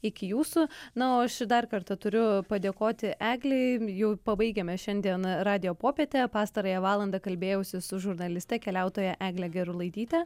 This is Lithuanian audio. iki jūsų na o aš ir dar kartą turiu padėkoti eglei jau pabaigiame šiandien radijo popietę pastarąją valandą kalbėjausi su žurnaliste keliautoja egle gerulaityte